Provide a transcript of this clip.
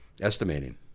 estimating